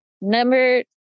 number